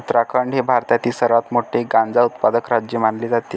उत्तराखंड हे भारतातील सर्वात मोठे गांजा उत्पादक राज्य मानले जाते